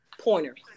Pointers